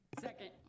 second